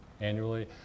annually